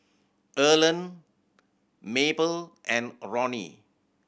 Erland Mabel and Roni